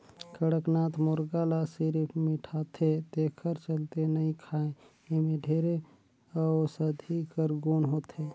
कड़कनाथ मुरगा ल सिरिफ मिठाथे तेखर चलते नइ खाएं एम्हे ढेरे अउसधी कर गुन होथे